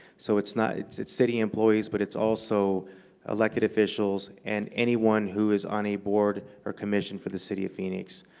so it's not it's it's city employees, but it's also elected officials and anyone who is on a board or commission for the city of phoenix,